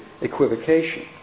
equivocation